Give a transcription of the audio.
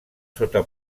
sota